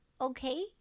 okay